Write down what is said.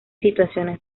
situaciones